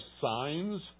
signs